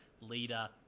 leader